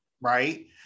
right